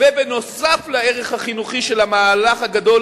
ונוסף על הערך החינוכי של המהלך הגדול